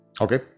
Okay